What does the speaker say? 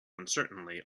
uncertainly